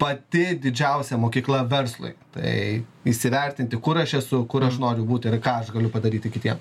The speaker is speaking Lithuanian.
pati didžiausia mokykla verslui tai įsivertinti kur aš esu kur aš noriu būt ir ką aš galiu padaryti kitiem